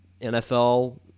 NFL